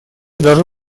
даже